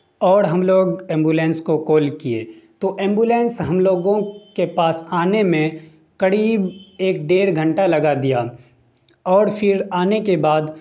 اور ہم لوگ ایمبولنس کو کال کیے تو ایمبولنس ہم لوگوں کے پاس آنے میں قریب ایک ڈیڑھ گھنٹہ لگا دیا اور پھر آنے کے بعد